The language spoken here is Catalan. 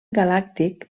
galàctic